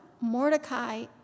Mordecai